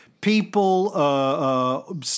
People